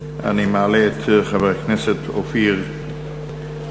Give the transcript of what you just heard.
אני מעלה את חבר הכנסת אופיר אקוניס,